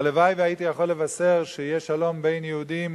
הלוואי שהייתי יכול לבשר שיש שלום בין יהודים